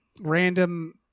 random